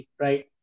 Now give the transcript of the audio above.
right